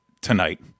tonight